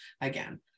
again